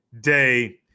day